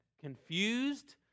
confused